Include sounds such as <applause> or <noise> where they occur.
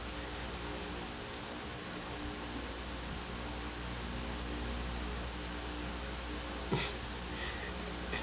<laughs>